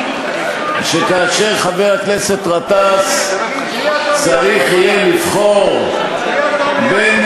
שכאשר חבר הכנסת גטאס צריך יהיה לבחור בין